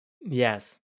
Yes